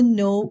no